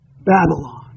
Babylon